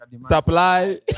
supply